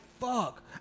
fuck